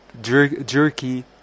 jerky